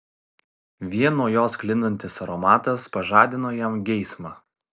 vien nuo jos sklindantis aromatas pažadino jam geismą